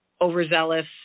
overzealous